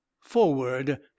forward